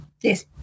Yes